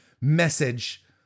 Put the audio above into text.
message